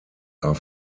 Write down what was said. are